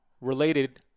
related